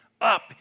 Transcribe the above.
up